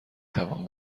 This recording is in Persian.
توان